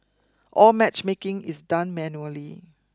all matchmaking is done manually